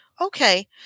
Okay